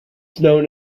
known